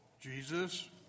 Jesus